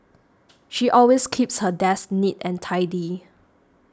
she always keeps her desk neat and tidy